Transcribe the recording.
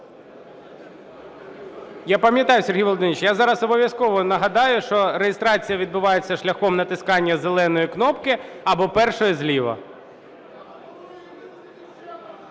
Я пам'ятаю, Сергій Володимирович, я зараз обов'язково нагадаю, що реєстрація відбувається шляхом натискання зеленої кнопки або першої зліва.